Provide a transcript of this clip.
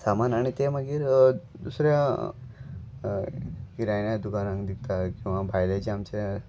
सामान आनी ते मागीर दुसऱ्या किरायण्या दुकानाक दिता किंवां भायलेचे आमचे